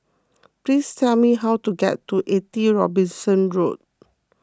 please tell me how to get to eighty Robinson Road